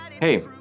hey